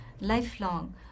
lifelong